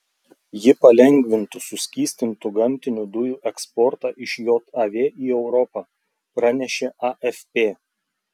ji palengvintų suskystintų gamtinių dujų eksportą iš jav į europą pranešė afp